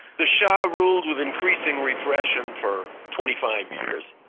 the shah ruled with increasing repression for twenty five years,